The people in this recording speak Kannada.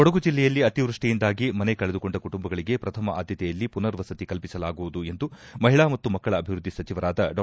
ಕೊಡಗು ಜೆಲ್ಲೆಯಲ್ಲಿ ಅತಿವೃಷ್ಟಿಯಿಂದಾಗಿ ಮನೆ ಕಳೆದುಕೊಂಡ ಕುಟುಂಬಗಳಿಗೆ ಪ್ರಥಮ ಆದ್ಯತೆಯಲ್ಲಿ ಪುನರ್ವಸತಿ ಕಲ್ಪಿಸಲಾಗುವುದು ಎಂದು ಮಹಿಳಾ ಮತ್ತು ಮಕ್ಕಳ ಅಭಿವೃದ್ಧಿ ಸಚಿವರಾದ ಡಾ